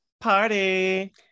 Party